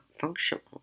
functional